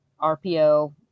rpo